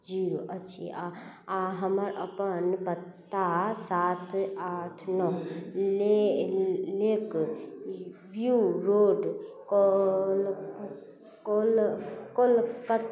zero अछि आओर आओर हमर अपन पता सात आठ नओ ले लेक व्यू रोड कोल कोल कोलक